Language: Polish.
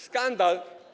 Skandal.